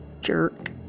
jerk